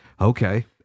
okay